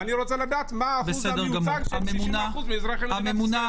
ואני רוצה לדעת מה האחוז המיוצג של 60% מאזרחי מדינת ישראל.